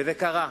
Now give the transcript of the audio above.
וזה קרה,